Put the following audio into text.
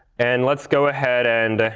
and let's go ahead and